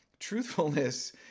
Truthfulness